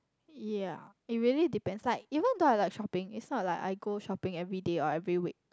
ya it really depends like even though I like shopping it's not like I go shopping everyday or every week